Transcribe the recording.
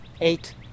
Eight